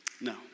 no